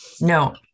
No